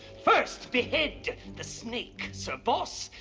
first behead the snake, sir boss.